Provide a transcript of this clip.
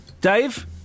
Dave